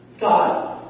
God